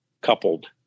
coupled